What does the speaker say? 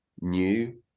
new